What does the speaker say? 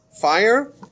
fire